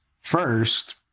first